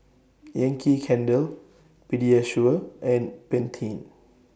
Yankee Candle Pediasure and Pantene